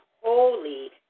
holy